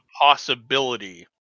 possibility